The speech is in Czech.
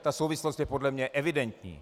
Ta souvislost je podle mě evidentní.